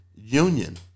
union